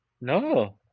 No